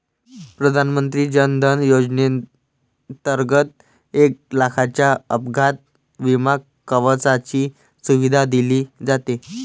प्रधानमंत्री जन धन योजनेंतर्गत एक लाखाच्या अपघात विमा कवचाची सुविधा दिली जाते